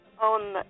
on